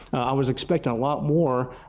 i was expecting lot more,